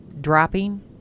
dropping